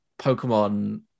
Pokemon